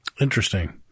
Interesting